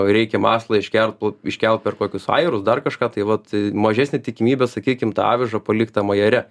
reikia masalą iškert pl iškelt per kokius ajerus dar kažką tai vat mažesnė tikimybė sakykim tą avižą palikt tam ajere